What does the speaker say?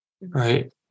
right